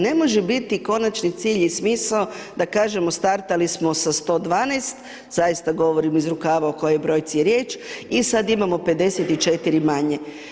Ne može biti konačni cilj i smisao da kažemo startali smo s 112 zaista govorim iz rukava o kojoj je brojci riječ i sada imamo 54 manje.